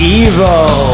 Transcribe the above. evil